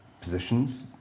positions